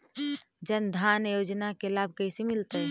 जन धान योजना के लाभ कैसे मिलतै?